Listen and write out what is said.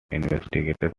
investigated